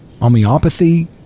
homeopathy